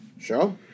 Sure